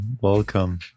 welcome